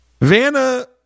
Vanna